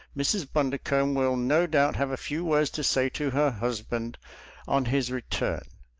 mrs. bundercombe will no doubt have a few words to say to her husband on his return.